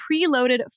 preloaded